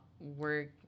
work